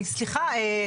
סליחה,